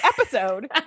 episode